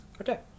Okay